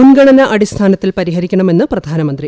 മുൻഗണനാ അടിസ്ഥാനത്തിൽ പരിഹരിക്കണമെന്ന് പ്രധാനമന്ത്രി